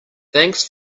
thanks